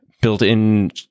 built-in